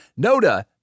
Noda